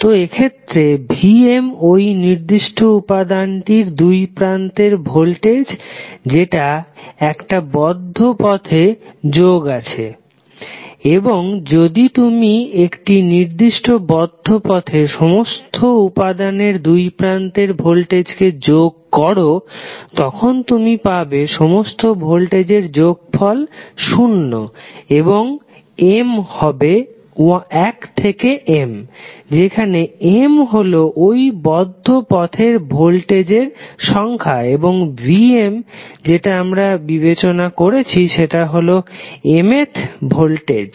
তো এইক্ষেত্রে Vm ওই নির্দিষ্ট উপাদানটির দুই প্রান্তের ভোল্টেজ যেটা একটা বদ্ধ পথে যোগ আছে এবং যদি তুমি একটি নির্দিষ্ট বদ্ধ পথে সমস্থ উপাদানের দুই প্রান্তের ভোল্টেজকে যোগ করো তখন তুমি পাবে সমস্থ ভোল্টেজের যোগফল শুন্য এবং m হবে 1 থেকে M যেখানে M হলো ওই বদ্ধ পথের ভোল্টেজের সংখ্যা এবং Vm যেটা আমরা বিবেচনা করেছি সেটা হলো mth ভোল্টেজ